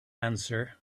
answer